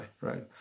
right